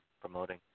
promoting